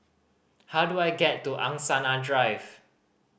how do I get to Angsana Drive